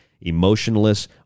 emotionless